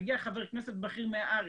מגיע חבר כנסת בכיר מהארץ,